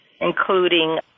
including